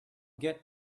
get